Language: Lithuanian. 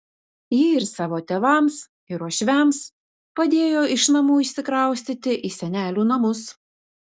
ji ir savo tėvams ir uošviams padėjo iš namų išsikraustyti į senelių namus